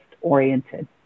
oriented